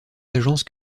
agences